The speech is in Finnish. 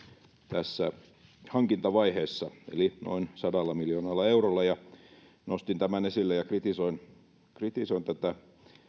tässä hankintavaiheessa eli noin sadalla miljoonalla eurolla nostin tämän esille ja kritisoin kritisoin tätä